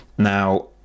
Now